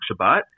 Shabbat